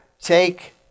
take